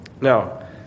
Now